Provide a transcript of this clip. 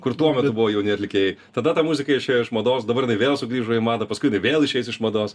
kur tuo metu buvo jauni atlikėjai tada ta muzika išėjo iš mados dabar jinai vėl sugrįžo į madą paskui jinai vėl išeis iš mados